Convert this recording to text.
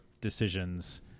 decisions